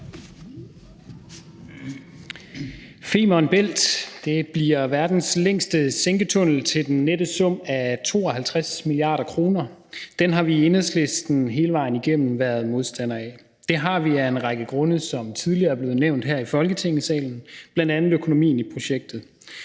Femern Bælt bliver verdens længste sænketunnel til den nette sum af 52 mia. kr. Den har vi i Enhedslisten hele vejen igennem været modstandere af. Det har vi af en række grunde, som tidligere er blevet nævnt her i Folketingssalen, bl.a. økonomien i projektet.